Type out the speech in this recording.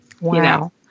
Wow